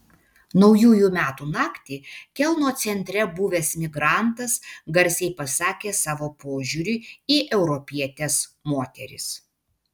naujųjų metų naktį kelno centre buvęs migrantas garsiai pasakė savo požiūrį į europietes moteris